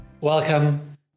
Welcome